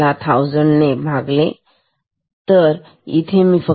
जर मी याला 1000 ने भागले तर ठीक